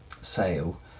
Sale